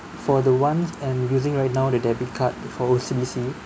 for the ones I'm using right now the debit card for O_C_B_C